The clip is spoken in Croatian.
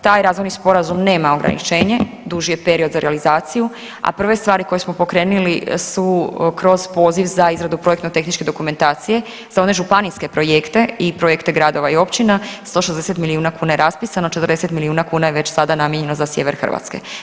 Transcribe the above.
Taj razvojni sporazum nema ograničenje, duži je period za realizaciju, a prve stvari koje smo pokrenili su kroz poziv za izradu projektno-tehničke dokumentacije za one županijske projekte i projekte gradova i općina, 160 milijuna kuna je raspisano, 40 milijuna kuna je već sad namijenjeno za sjever Hrvatske.